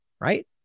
right